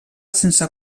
sense